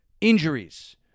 Injuries